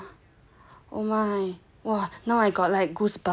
oh my 哇 now